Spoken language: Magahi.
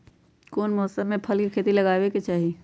कौन मौसम में फल के पौधा लगाबे के चाहि?